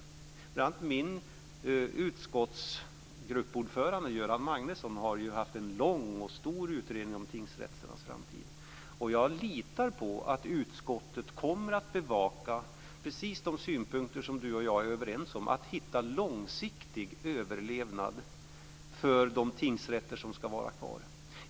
Bl.a. min utskottsgruppsordförande Göran Magnusson har haft en lång och stor utredning om tingsrätternas framtid. Och jag litar på att utskottet kommer att bevaka precis de synpunkter som Patrik Norinder och jag är överens om, nämligen att hitta en långsiktig överlevnad för de tingsrätter som ska vara kvar.